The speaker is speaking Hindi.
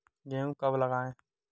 गेहूँ कब लगाएँ?